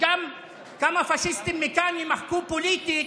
וגם שכמה פשיסטים מכאן יימחקו פוליטית,